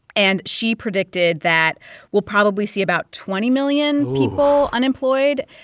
and she predicted that we'll probably see about twenty million people unemployed.